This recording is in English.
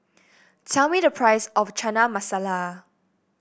tell me the price of Chana Masala